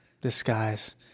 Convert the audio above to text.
disguise